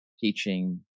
teaching